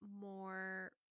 more